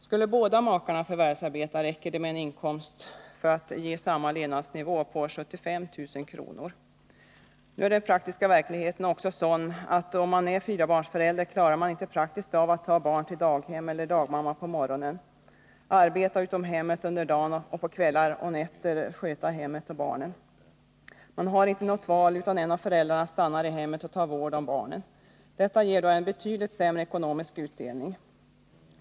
Skulle båda makarna förvärvsarbeta, räcker det med en inkomst av 75 000 kr. för att ge samma levnadsnivå. Nu är den praktiska verkligheten sådan att är man fyrabarnsförälder klarar man inte praktiskt av att ta barn till daghem eller dagmamma på morgonen, arbeta utom hemmet under dagen och på kvällar och nätter sköta hemmet och barnen. Man har inte något val, utan en av föräldrarna stannar i hemmet och tar vård om barnen. Detta ger då en betydligt sämre ekonomisk utdelning.